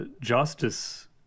Justice